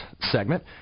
segment